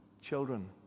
children